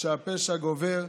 כשהפשע גובר,